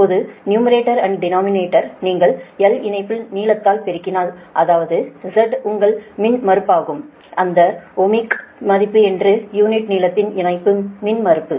இப்போது numerator and denominator நீங்கள் l இணைப்பின் நீளத்தால் பெருக்கினாள்அதாவது Z உங்கள் மின்மறுப்பாகும் அந்த ஓமிக் மதிப்பு என்று யூனிட் நீளத்தின் இணைப்பு மின்மறுப்பு